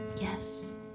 Yes